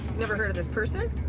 never heard of this person?